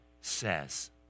says